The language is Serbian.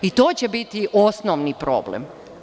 I to će biti osnovni problem.